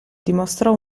dimostrò